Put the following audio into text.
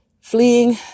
fleeing